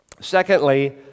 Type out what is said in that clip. Secondly